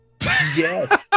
yes